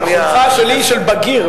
החולצה שלי היא של "בגיר".